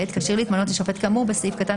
כשיר להתמנות לשופט כאמור בסעיף קטן